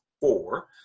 four